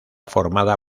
formada